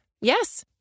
Yes